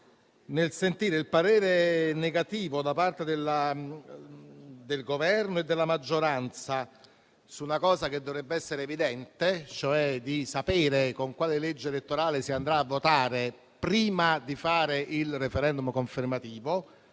nel sentire il parere contrario del Governo e della maggioranza su una cosa che dovrebbe essere evidente, e cioè sapere con quale legge elettorale si andrà a votare prima di fare il *referendum* confermativo.